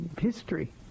history